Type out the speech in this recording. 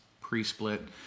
pre-split